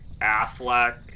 Affleck